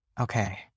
Okay